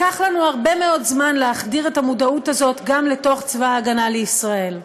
לקח לנו הרבה מאוד זמן להחדיר את המודעות הזאת גם לצבא ההגנה לישראל.